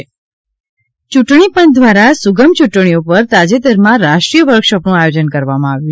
યૂંટણી પંચ દ્વારા સુગમ ચૂંટણીઓ પર તાજેતરમાં રાષ્ટ્રીય વર્કશોપનું આયોજન કરવામાં આવ્યું